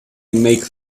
make